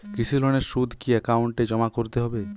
কৃষি লোনের সুদ কি একাউন্টে জমা করতে হবে?